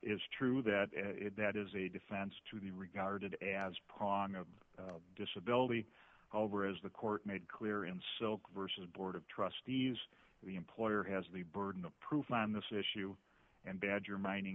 is true that that is a defense to be regarded as prong of the disability already the court made clear in silk versus board of trustees the employer has the burden of proof on this issue and badger mining